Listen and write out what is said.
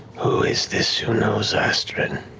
who is this who knows astrid?